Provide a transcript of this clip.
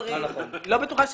לא בטוחה שצדקת,